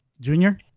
Junior